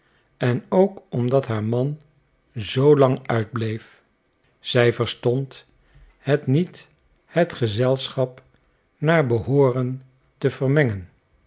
en ook omdat haar man zoolang uitbleef zij verstond het niet het gezelschap naar behooren te vermengen